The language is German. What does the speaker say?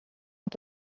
und